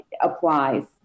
applies